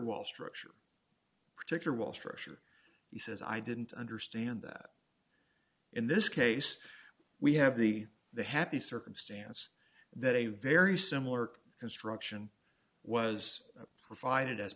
well structure particular well structure he says i didn't understand that in this case we have the the happy circumstance that a very similar construction was provided